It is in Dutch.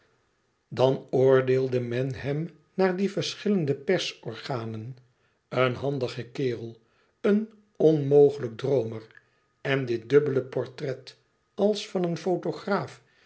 dan oordeelde men hem naar die verschillende persorganen een handige kerel een onmogelijk droomer en dit dubbele portret als van een fotograaf